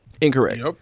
incorrect